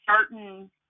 certain